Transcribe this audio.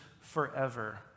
forever